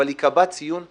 אבל ייקבע ציון הגיוני,